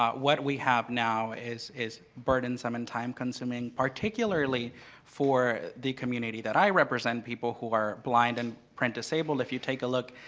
um what we have now is is burdensome and time-consuming, particularly for the community that i represent, people who are blind and print-disabled. if you take a look